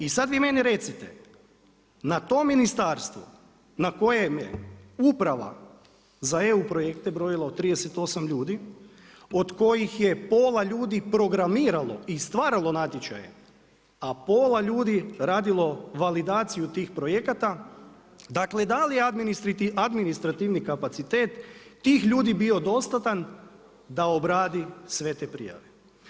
I sad vi meni recite, na tom ministarstvu na kojem je uprava za EU projekte brojila od 38 ljudi, od kojih je pola ljudi programiralo i stvaralo natječaje, a pola ljudi radilo validaciju tih projekata, dakle da li je administrativni kapacitet tih ljudi bio dostatan da obradi sve te prijave?